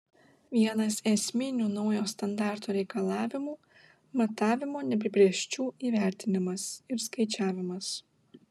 vienas esminių naujo standarto reikalavimų matavimų neapibrėžčių įvertinimas ir skaičiavimas